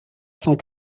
cent